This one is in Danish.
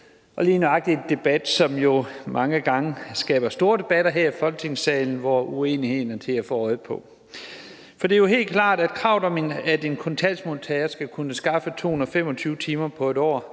er lige nøjagtig noget, som jo mange gange skaber store debatter her i Folketingssalen, hvor uenigheden er til at få øje på. For det er jo helt klart, at kravet om, at en kontanthjælpsmodtager skal kunne skaffe 225 timer på et år,